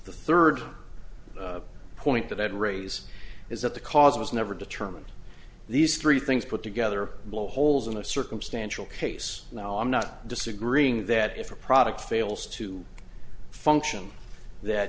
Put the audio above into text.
the third point that i'd raise is that the cause was never determined these three things put together blow holes in a circumstantial case now i'm not disagreeing that if a product fails to function that